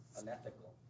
unethical